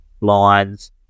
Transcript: lines